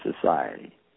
society